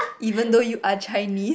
even though you are Chinese